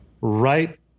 right